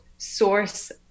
Source